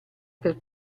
per